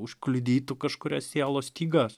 užkliudytų kažkurias sielos stygas